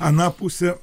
ana pusė